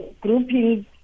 groupings